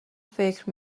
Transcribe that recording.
فکر